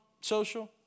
social